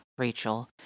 Rachel